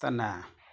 തന്നെ